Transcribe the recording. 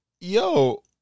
yo